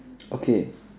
okay